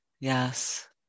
Yes